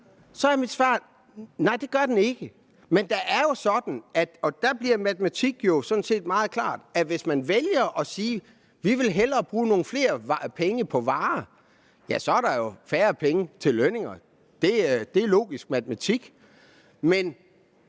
og der bliver matematik sådan set meget klar, at hvis man vælger at sige, at man hellere vil bruge flere penge på varer, ja, så er der jo færre penge til lønninger – det er logisk matematik